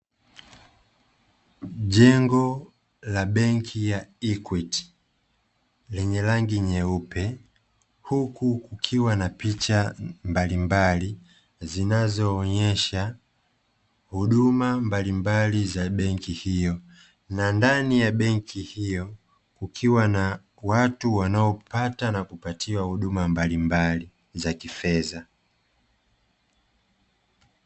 Jengo la benki ya "EQUITY" lenye rangi nyeupe, huku kukiwa na picha mbalimbali zinazoonyesha huduma mbalimbali za benki hiyo. Na ndani ya benki hiyo kukiwa na watu wanaopata na kupatiwa huduma mbalimbali za kifedha.